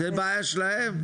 זה בעיה שלהם?